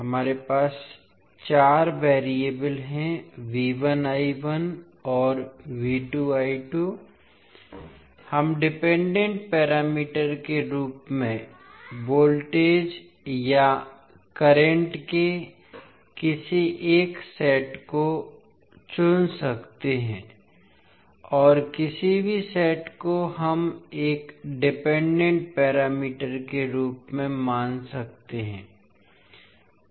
हमारे पास 4 वेरिएबल हैं और हम डिपेंडेंट पैरामीटर के रूप में वोल्टेज या करंट के किसी एक सेट को चुन सकते हैं और किसी भी सेट को हम एक डिपेंडेंट पैरामीटर के रूप में मान सकते हैं